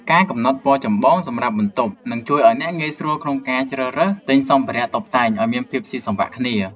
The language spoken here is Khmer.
ការកំណត់ពណ៌ចម្បងសម្រាប់បន្ទប់ នឹងជួយឱ្យអ្នកងាយស្រួលក្នុងការជ្រើសរើសទិញសម្ភារៈតុបតែងឱ្យមានភាពស៊ីសង្វាក់គ្នា។